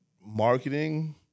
marketing